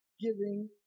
giving